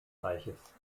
reiches